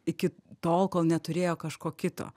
iki tol kol neturėjo kažko kito